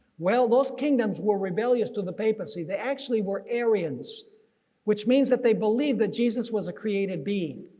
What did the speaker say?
well those kingdoms were rebellious to the papacy. they actually were aryans which means that they believe that jesus was a created being.